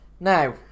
Now